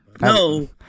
no